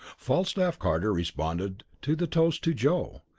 falstaff carter responded to the toast to joe,